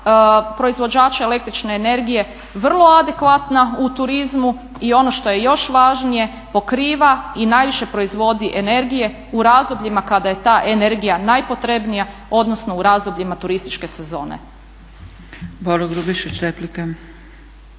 proizvođače električne energije, vrlo adekvatna u turizmu. I ono što je još važnije pokriva i najviše proizvodi energije u razdobljima kada je ta energija najpotrebnija, odnosno u razdobljima turističke sezone.